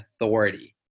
authority